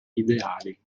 ideali